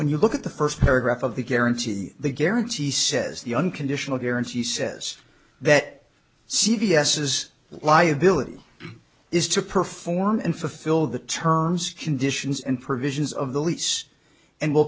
when you look at the first paragraph of the guarantee the guarantee says the unconditional guarantee says that c v s is liability is to perform and fulfill the terms conditions and provisions of the lease and w